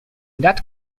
that